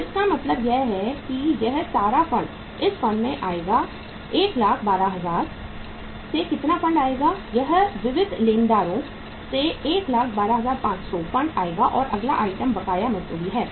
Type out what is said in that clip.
तो इसका मतलब यह है कि यह सारा फंड इस फंड से आएगा 112000 से कितना फंड आएगा यह विविध लेनदारों से112500 फंड आएगा और अगला आइटम बकाया मजदूरी है